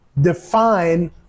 define